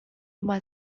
uma